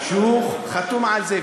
שהוא חתום על זה,